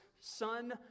son